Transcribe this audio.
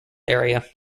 area